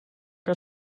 que